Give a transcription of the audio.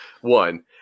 one